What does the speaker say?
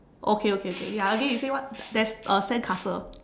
okay okay okay ya again you say what there's a sandcastle